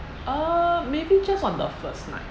uh maybe just on the first night